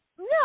No